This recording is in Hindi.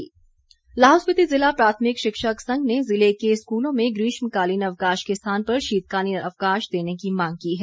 मांग लाहौल स्पिति ज़िला प्राथमिक शिक्षक संघ ने ज़िले के स्कूलों में ग्रीष्मकालीन अवकाश के स्थान पर शीतकालीन अवकाश देने की मांग की है